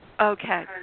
Okay